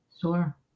Sure